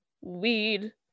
weed